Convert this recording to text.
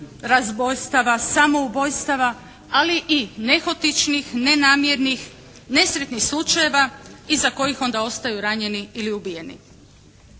razbojstava, samoubojstava ali i nehotičnih, nenamjernih nesretnih slučajeva iza kojih onda ostaju ranjeni ili ubijeni.